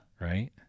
Right